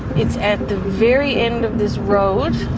it's at the very end of this road. i